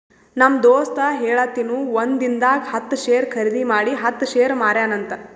ನಮ್ ದೋಸ್ತ ಹೇಳತಿನು ಒಂದಿಂದಾಗ ಹತ್ತ್ ಶೇರ್ ಖರ್ದಿ ಮಾಡಿ ಹತ್ತ್ ಶೇರ್ ಮಾರ್ಯಾನ ಅಂತ್